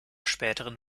späteren